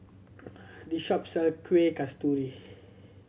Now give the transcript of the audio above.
this shop sell Kueh Kasturi